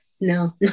no